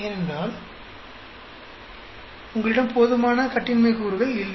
ஏனென்றால் உங்களிடம் போதுமான கட்டின்மை கூறுகள் இல்லை